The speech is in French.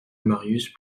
marius